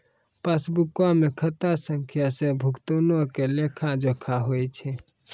पासबुको मे खाता संख्या से भुगतानो के लेखा जोखा होय छै